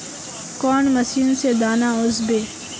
कौन मशीन से दाना ओसबे?